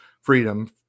freedom